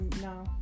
no